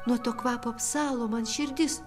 nuo to kvapo apsalo man širdis